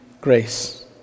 grace